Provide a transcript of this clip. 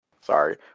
Sorry